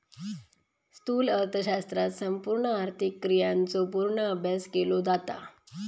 स्थूल अर्थशास्त्रात संपूर्ण आर्थिक क्रियांचो पूर्ण अभ्यास केलो जाता